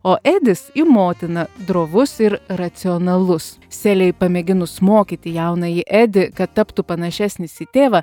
o edis į motiną drovus ir racionalus selei pamėginus mokyti jaunąjį edį kad taptų panašesnis į tėvą